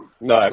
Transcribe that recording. No